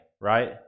right